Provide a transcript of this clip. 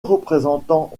représentant